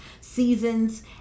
seasons